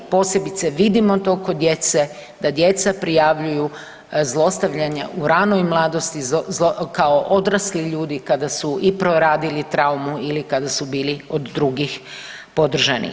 Posebice vidimo to kod djece, da djeca prijavljuju zlostavljanja u ranoj mladosti kao odrasli ljudi kada su i proradili traumu ili kada su bili od drugih podržani.